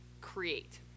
create